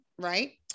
right